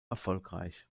erfolgreich